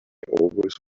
always